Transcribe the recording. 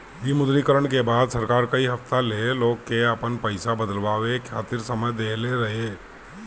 विमुद्रीकरण के बाद सरकार कई हफ्ता ले लोग के आपन पईसा बदलवावे खातिर समय देहले रहे